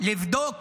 לבדוק